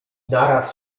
naraz